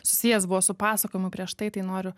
susijęs buvo su pasakojimu prieš tai tai noriu